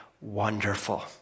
wonderful